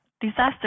disaster